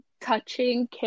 touching